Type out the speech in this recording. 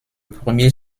premier